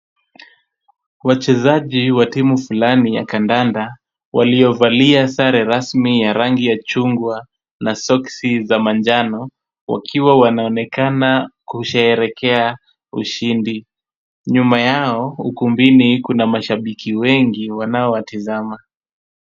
Wachezaji wa timu fulani ya kandanda waliovalia sare rasmi ya rangi ya chungwa na soksi za manjano, wakiwa wanaonekana kusherehekea ushindi. Nyuma yao, ukumbini kuna mashabiki wengi wanaowatizama.